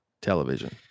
television